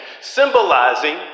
symbolizing